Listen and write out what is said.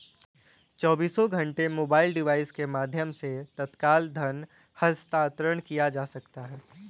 चौबीसों घंटे mobile device के माध्यम से तत्काल धन हस्तांतरण किया जा सकता है